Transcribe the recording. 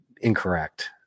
incorrect